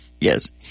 Yes